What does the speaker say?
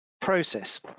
process